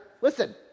listen